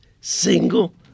single